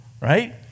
right